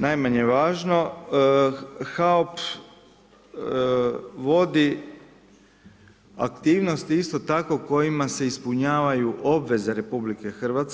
Najmanje važno, HAOB vodi aktivnosti isto tako kojima se ispunjavaju obveze RH,